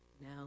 Now